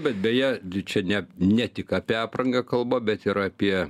bet beje čia ne ne tik apie aprangą kalba bet ir apie